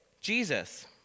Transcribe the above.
Jesus